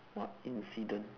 what incident